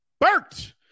Bert